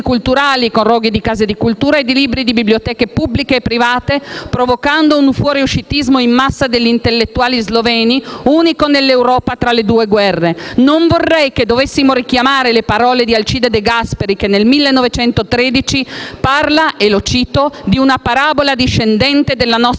culturali, con roghi di case di cultura e di libri di biblioteche pubbliche e private, provocando un fuoriuscitismo in massa degli intellettuali sloveni, unico nell'Europa tra le due Guerre. Non vorrei che dovessimo richiamare le parole di Alcide de Gasperi, che nel 1913 parla - lo cito - «di una parabola discendente della nostra